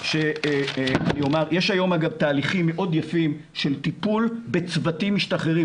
אני אומר שיש תהליכים מאוד יפים של טיפול בצוותים משתחררים.